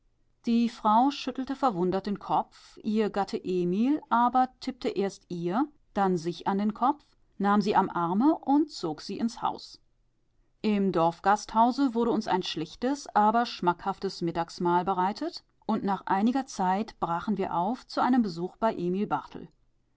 die frau schüttelte verwundert den kopf ihr gatte emil aber tippte erst ihr dann sich an den kopf nahm sie am arme und zog sie ins haus im dorfgasthause wurde uns ein schlichtes aber schmackhaftes mittagsmahl bereitet und nach einiger zeit brachen wir auf zu einem besuch bei